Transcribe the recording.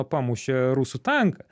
pamušė rusų tanką